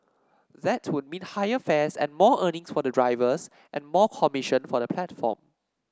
that would mean higher fares and more earnings for the drivers and more commission for the platform